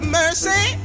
mercy